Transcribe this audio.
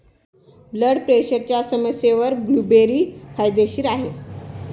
blood प्रेशरच्या समस्येवर blueberry फायदेशीर आहे